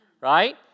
right